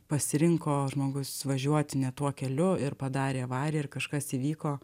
pasirinko žmogus važiuoti ne tuo keliu ir padarė avariją ir kažkas įvyko